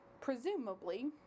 presumably